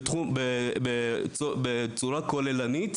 בצורה כוללנית